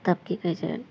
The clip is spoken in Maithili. तब की कहय छै